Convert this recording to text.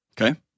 Okay